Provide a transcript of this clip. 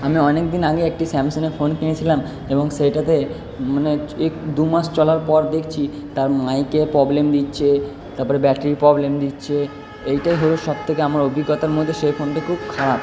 আমি অনেক দিন আগে একটি স্যামসংয়ের ফোন কিনেছিলাম এবং সেইটাতে এক দু মাস চলার পর দেখছি তার মাইকের প্রবলেম দিচ্ছে তারপরে ব্যাটারি প্রবলেম দিচ্ছে এইটাই হলো সব থেকে আমার অভিজ্ঞতার মধ্যে সেই ফোনটি খুব খারাপ